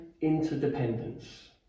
interdependence